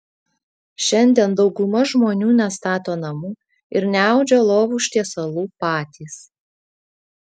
šiandien dauguma žmonių nestato namų ir neaudžia lovų užtiesalų patys